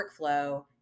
workflow